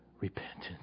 repentance